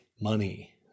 money